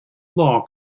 law